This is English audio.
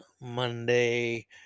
Monday